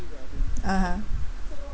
(uh huh)